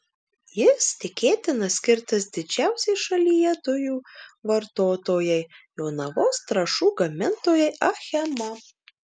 jis tikėtina skirtas didžiausiai šalyje dujų vartotojai jonavos trąšų gamintojai achema